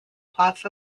plots